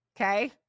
okay